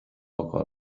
poco